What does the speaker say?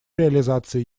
реализации